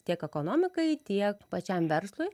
tiek ekonomikai tiek pačiam verslui